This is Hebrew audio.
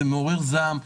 זה מעורר זעם.